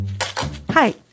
Hi